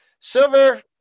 Silver